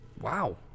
Wow